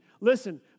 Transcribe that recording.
Listen